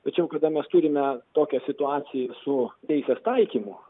tačiau kada mes turime tokią situaciją su teisės taikymu